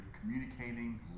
communicating